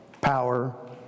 power